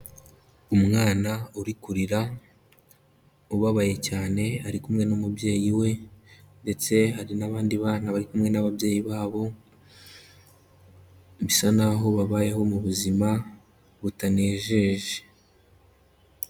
Umwana uri kurira ubabaye cyane ari kumwe n'umubyeyi we ndetse hari n'abandi bana bari kumwe n'ababyeyi babo, bisa naho babayeho mu buzima butanejeje.